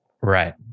Right